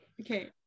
okay